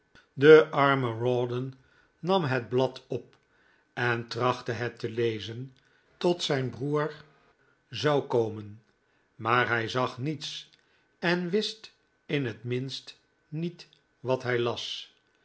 de arme rawdon nam het blad op en trachtte het te lezen tot zijn broer zou komen maar hij zag niets en wist in het minst niet wat hij las